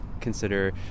consider